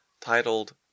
titled